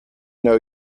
know